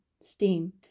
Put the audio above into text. steam